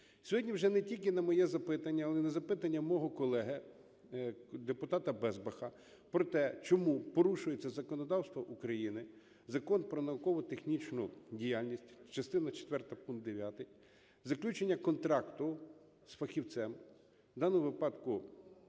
Сьогодні вже не тільки на моє запитання, але і на запитання мого колеги депутата Безбаха про те, чому порушується законодавство України, Закон про науково-технічну діяльність (частина четверта пункт 9): заключення контракту з фахівцем, у даному випадку